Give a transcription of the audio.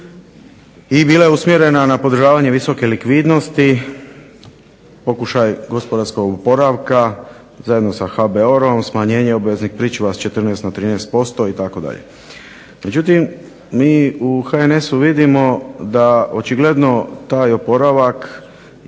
i bila je usmjerena na održavanje visoke likvidnosti, pokušaj gospodarskog oporavka, zajedno sa HBOR-om smanjenje obveznih pričuva s 14 na 13%. Međutim mi u HNS-u vidimo da očigledno taj oporavak nije